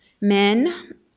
men